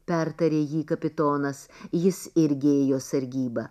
pertarė jį kapitonas jis irgi ėjo sargybą